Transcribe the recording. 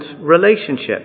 relationship